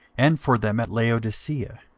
and for them at laodicea,